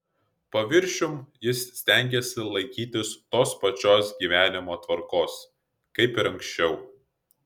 paviršium jis stengėsi laikytis tos pačios gyvenimo tvarkos kaip ir anksčiau